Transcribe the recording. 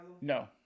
No